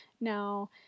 Now